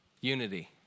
unity